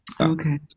Okay